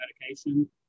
medication